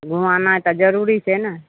घूमाना तऽ जरूरी छै ने